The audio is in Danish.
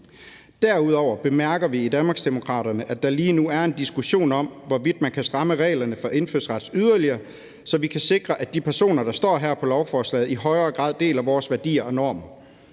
Derudover bemærker vi i Danmarksdemokraterne, at der lige nu er en diskussion om, hvorvidt man kan stramme reglerne for indfødsret yderligere, så vi kan sikre, at de personer, der står her på lovforslaget, i højere grad deler vores værdier og normer.